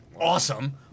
Awesome